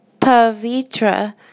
Pavitra